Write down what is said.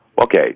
Okay